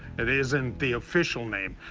it isn't the official name.